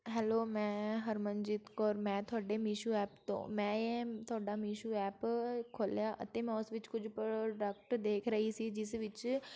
hello ਮੈਂ ਹਰਮਨਜੀਤ ਕੌਰ ਮੈਂ ਤੁਹਾਡੇ ਮੀਸ਼ੂ ਐਪ ਤੋਂ ਮੈਂ ਤੁਹਾਡਾ ਮਿਸ਼ੂ ਐਪ ਖੋਲਿਆ ਅਤੇ ਮੈਂ ਉਸ ਵਿੱਚ ਕੁਝ ਪ੍ਰੋਡਕਟ ਦੇਖ ਰਹੀ ਸੀ ਜਿਸ ਵਿੱਚ